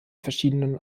verschiedenen